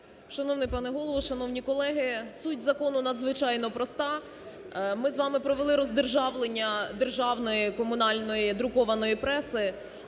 Шановний пане Голово, шановні колеги, суть закону надзвичайно проста. Ми з вами провели роздержавлення державної комунальної друкованої преси,